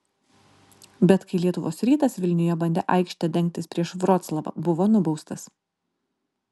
bet kai lietuvos rytas vilniuje bandė aikšte dengtis prieš vroclavą buvo nubaustas